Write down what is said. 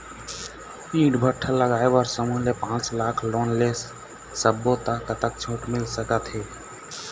ईंट भट्ठा लगाए बर समूह ले पांच लाख लाख़ लोन ले सब्बो ता कतक छूट मिल सका थे?